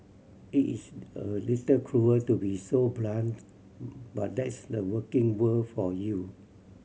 it is a little cruel to be so blunt but that's the working world for you